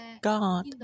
God